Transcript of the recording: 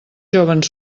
jóvens